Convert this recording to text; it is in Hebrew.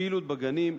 פעילות בגנים,